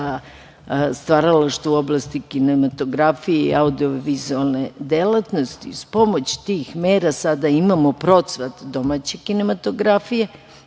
stvaralaštvo u oblasti kinematografije i audio-vizualne delatnosti. Uz pomoć tih mera, sada imamo procvat domaće kinematografije